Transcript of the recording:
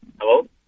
Hello